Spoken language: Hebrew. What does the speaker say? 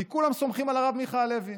כי כולם סומכים על הרב מיכה הלוי,